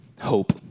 hope